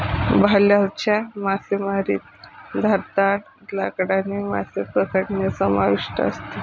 भाल्याच्या मासेमारीत धारदार लाकडाने मासे पकडणे समाविष्ट असते